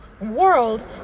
world